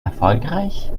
erfolgreich